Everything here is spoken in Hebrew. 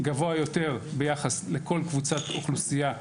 גבוה יותר מכל אוכלוסייה אחרת,